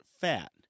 fat